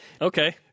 Okay